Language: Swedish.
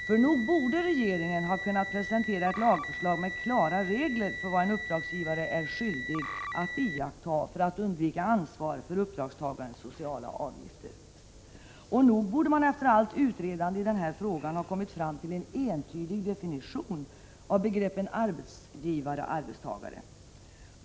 Nog borde regeringen ha kunnat presentera ett lagförslag med klara regler för vad en uppdragsgivare är skyldig att iaktta för att undvika ansvar för uppdragstagarens sociala avgifter. Och nog borde man efter allt utredande i frågan ha kommit fram till en entydig definition av begreppen ”arbetsgivare” och ”arbetstagare”.